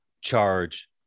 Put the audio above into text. charge